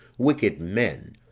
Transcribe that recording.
wicked men,